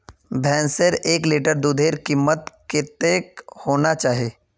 भैंसेर एक लीटर दूधेर कीमत कतेक होना चही?